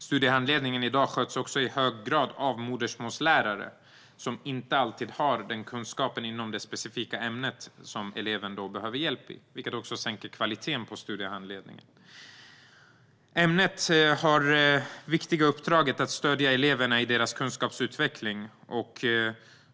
Studiehandledningen sköts i dag i hög grad av modersmålslärare, som inte alltid har kunskapen i det specifika ämne som eleven behöver hjälp med, vilket sänker kvaliteten på studiehandledningen. Modersmålet som ämne har den viktiga uppgiften att stödja eleverna i deras kunskapsutveckling.